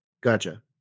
Gotcha